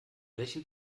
welchen